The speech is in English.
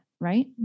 right